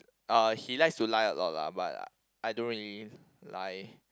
uh he likes to lie a lot lah but I don't really lie